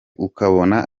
ukabona